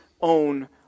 own